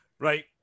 Right